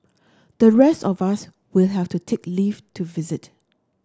the rest of us will have to take leave to visit